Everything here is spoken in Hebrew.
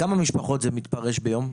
כמה משפחות זה מתפרש ביום?